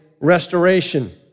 restoration